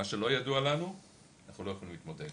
מה שלא ידוע לנו אנחנו לא יכולים להתמודד.